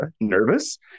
nervous